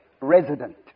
resident